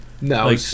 No